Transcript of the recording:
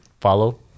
follow